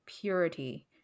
purity